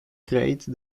create